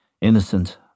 innocent